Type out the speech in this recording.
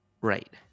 Right